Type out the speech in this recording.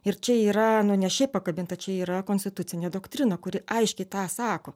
ir čia yra nu ne šiaip pakabinta čia yra konstitucinė doktrina kuri aiškiai tą sako